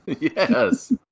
Yes